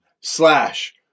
slash